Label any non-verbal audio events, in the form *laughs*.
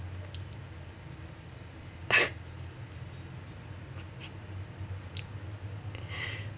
*laughs*